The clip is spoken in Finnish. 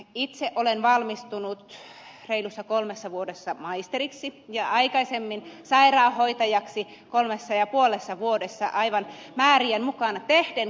itse olen valmistunut reilussa kolmessa vuodessa maisteriksi ja aikaisemmin sairaanhoitajaksi kolmessa ja puolessa vuodessa aivan tavoitteiden mukaan tehden koko ajan työtä